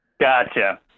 Gotcha